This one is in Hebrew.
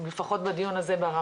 כולל פתרונות שיובאו לציבור,